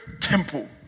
temple